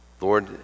Lord